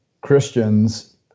Christians